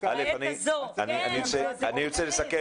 אני רוצה לסכם.